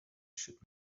should